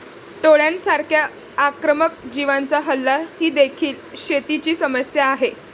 टोळांसारख्या आक्रमक जीवांचा हल्ला ही देखील शेतीची समस्या आहे